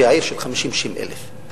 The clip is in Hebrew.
עיר של 50,000 60,000 איש.